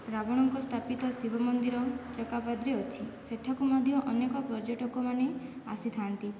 ରାବଣଙ୍କ ସ୍ଥାପିତ ଶିବମନ୍ଦିର ଚକାପାଦ ଅଛି ସେଠାକୁ ମଧ୍ୟ ଅନେକ ପର୍ଯ୍ୟଟକମାନେ ଆସିଥାନ୍ତି